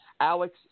Alex